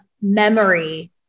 memory